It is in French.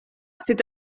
c’est